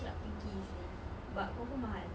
macam nak pergi seh but confirm mahal